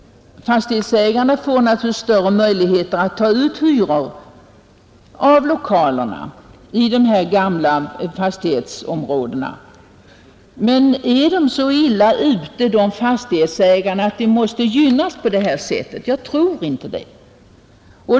Fastighetsägarna får naturligtvis större möjligheter att ta ut hyror för lokalerna i de gamla fastighetsområdena. Men är de fastighetsägarna så illa ute att de måste gynnas på detta sätt? Jag tror inte det.